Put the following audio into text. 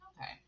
Okay